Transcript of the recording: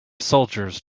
soldiers